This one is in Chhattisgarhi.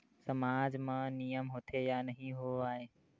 सामाज मा नियम होथे या नहीं हो वाए?